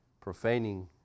profaning